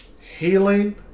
healing